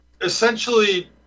essentially